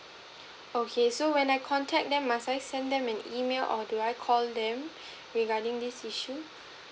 okay so when I contact them must I send them an email or do I call them regarding this issue